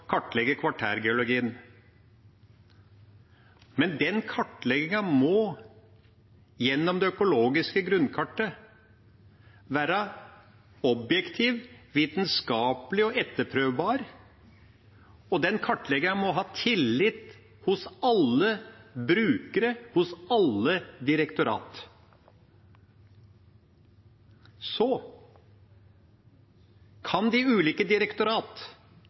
kartlegge kvartærgeologien. Men den kartleggingen må, gjennom det økologiske grunnkartet, være objektiv, vitenskapelig og etterprøvbar, og den kartleggeren må ha tillit hos alle brukere, hos alle direktorater. Så kan de ulike